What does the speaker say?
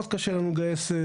מאוד קשה לנו לגייס.